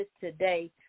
today